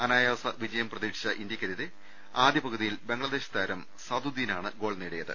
അനായാസ വിജയം പ്രതീ ക്ഷിച്ച ഇന്ത്യക്കെതിരെ ആദ്യപകുതിയിൽ ബംഗ്ലാദേശ് താരം സാദുദ്ദീനാണ് ഗോൾ നേടിയത്